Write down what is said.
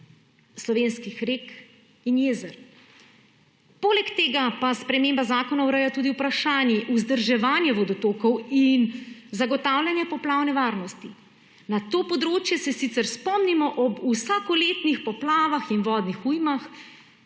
slovenskih rek in jezer. Poleg tega pa sprememba zakona ureja tudi vprašanji vzdrževanja vodotokov in zagotavljanja poplavne varnosti. Na to področje se sicer spomnimo ob vsakoletnih poplavah in vodnih ujmah,